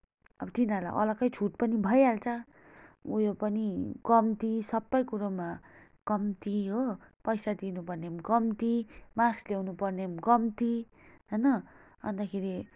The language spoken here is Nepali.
अब तिनीहरूलाई अलग्गै छुट पनि भइहाल्छ उयो पनि कम्ती सबै कुरोमा कम्ती हो पैसा तिर्नु पर्ने पनि कम्ती मार्क्स ल्याउनु पर्ने पनि कम्ती होइन अन्तखेरि